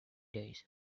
days